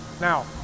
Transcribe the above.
Now